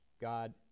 God